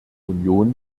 union